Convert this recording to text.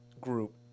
group